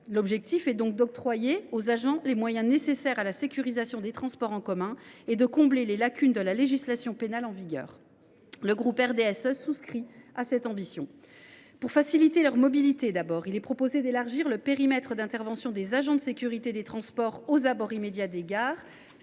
objectif est d’octroyer aux agents les moyens nécessaires à la sécurisation des transports en commun et de combler les lacunes de la législation pénale en vigueur. Le groupe RDSE souscrit à cette ambition. Pour faciliter leur mobilité, d’abord, il est proposé d’élargir le périmètre d’intervention des agents de sécurité des transports aux abords immédiats des gares,